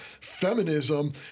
feminism